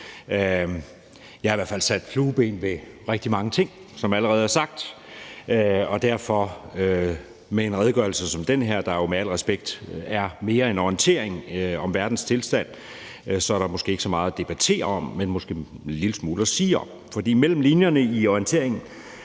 Jeg har i hvert fald sat flueben ved rigtig mange ting, som allerede er sagt, og derfor er der med en redegørelse som den her, der jo med al respekt mere er en orientering om verdens tilstand, måske ikke så meget at debattere, men der er måske en lille smule at sige. For mellem linjerne i orienteringen